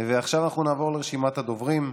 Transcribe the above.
עכשיו אנחנו נעבור לרשימת הדוברים.